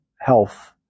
health